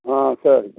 ஆ சரி